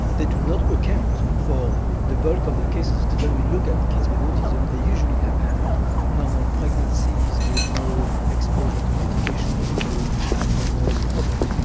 they do not account for the bulk of the cases cause when we look at kids with autism they usually have had normal pregnancies with no exposure to medication or no abnormal problems.